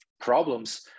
problems